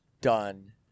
done